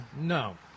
No